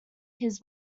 his